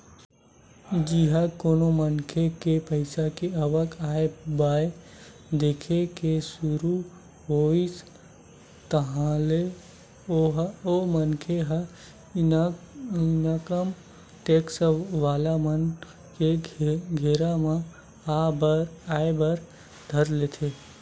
जिहाँ कोनो मनखे के पइसा के आवक आय बाय दिखे के सुरु होइस ताहले ओ मनखे ह इनकम टेक्स वाला मन के घेरा म आय बर धर लेथे